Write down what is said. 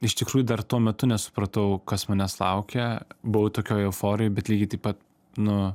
iš tikrųjų dar tuo metu nesupratau kas manęs laukia buvau tokioj euforijoj bet lygiai taip pat nu